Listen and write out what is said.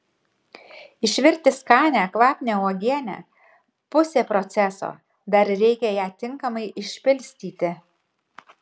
išvirti skanią kvapnią uogienę pusė proceso dar reikia ją tinkamai išpilstyti